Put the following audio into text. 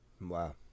Wow